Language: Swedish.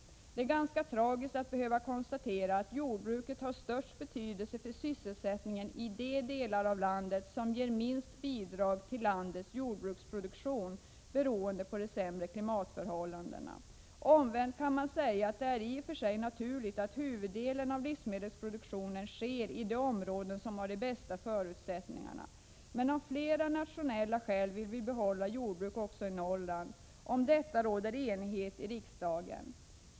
Det är ganska tragiskt att behöva konstatera att jordbruket har störst betydelse för sysselsättningen i de delar av landet som ger minst bidrag till landets jordbruksproduktion, beroende på de sämre klimatförhållandena. Omvänt kan man säga att det i och för sig är naturligt att huvuddelen av livsmedelsproduktionen sker i de områden som har de bästa förutsättningarna. Men av flera nationella skäl vill vi behålla jordbruk också i Norrland. Om detta råder enighet i riksdagen.